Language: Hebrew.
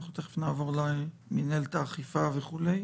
אנחנו תכף נעבור אולי למנהלת האכיפה וכולי.